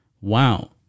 Wow